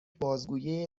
بازگویه